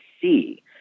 see